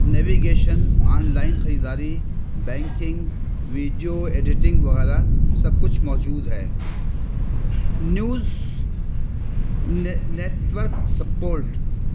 navigation online خریداری banking video editing وغیرہ سب کچھ موجود ہے نیوز نیٹورک سپورٹ